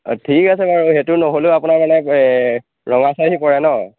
অঁ ঠিক আছে বাৰু সেটো নহ'লেও আপোনাৰ মানে ৰঙাচাহী পৰে ন